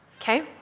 Okay